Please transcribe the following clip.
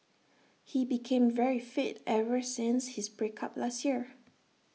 he became very fit ever since his break up last year